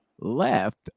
left